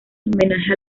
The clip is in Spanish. homenaje